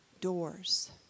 doors